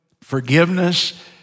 Forgiveness